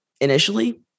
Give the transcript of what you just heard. Initially